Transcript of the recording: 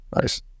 Nice